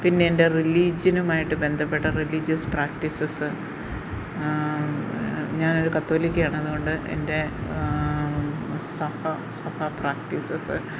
പിന്നെ എൻ്റെ റിലീജിയനുമായിട്ടു ബന്ധപ്പെട്ട റിലീജിയസ് പ്രാക്ടീസസ് ഞാനൊരു കാതോലിക്കയാണ് അത് കൊണ്ട് എൻ്റെ സഹ സഹ പ്രാക്ടീസസ്